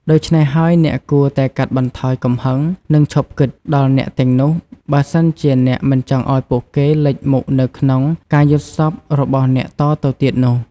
ដូច្នេះហើយ អ្នកគួរតែកាត់បន្ថយកំហឹង និងឈប់គិត ដល់អ្នកទាំងនោះ បើសិនជាអ្នក មិនចង់ឲ្យពួកគេ លេចមុខនៅក្នុង ការយល់សប្តិរបស់អ្នកតទៅទៀតនោះ។